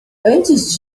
antes